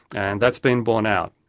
and that's been borne out.